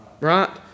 Right